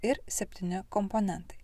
ir septyni komponentai